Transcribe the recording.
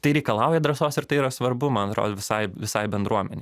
tai reikalauja drąsos ir tai yra svarbu man ro visai visai bendruomenei